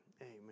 Amen